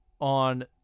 on